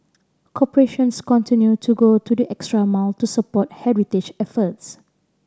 corporations continued to go the extra mile to support heritage efforts